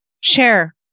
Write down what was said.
share